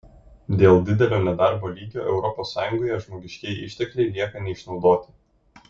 dėl didelio nedarbo lygio europos sąjungoje žmogiškieji ištekliai lieka neišnaudoti